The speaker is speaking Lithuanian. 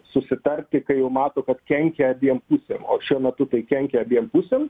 susitarti kai jau mato kad kenkia abiem pusėm o šiuo metu tai kenkia abiem pusėm